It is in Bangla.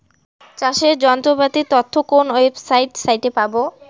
চাষের যন্ত্রপাতির তথ্য কোন ওয়েবসাইট সাইটে পাব?